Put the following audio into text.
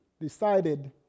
decided